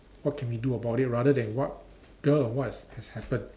what can we do about it rather than what because of what has happened